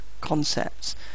concepts